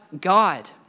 god